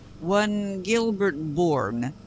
one gilbert bourne,